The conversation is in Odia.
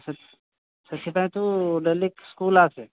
ସେଥିପାଇଁ ତୁ ଡେଲି ସ୍କୁଲ ଆସେ